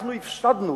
אנחנו הפסדנו.